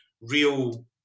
real